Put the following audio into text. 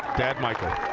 dad michael.